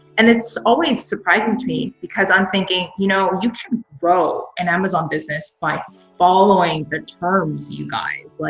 and it's always surprising to me because i am thinking, you know you can grow an amazon business by following their terms, you guys. like